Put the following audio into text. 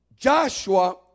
Joshua